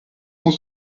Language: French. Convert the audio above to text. cent